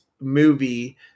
movie